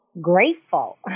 grateful